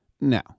no